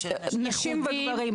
נשים וגברים.